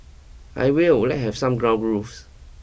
I will let's have some ground rules